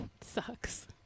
Sucks